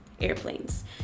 airplanes